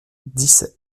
dissay